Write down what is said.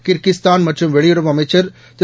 Kyrgyzstan மற்றும் வெளியுறவு அமைச்சர் திரு